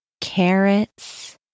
carrots